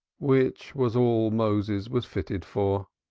which was all moses was fitted for,